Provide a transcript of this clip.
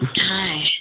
Hi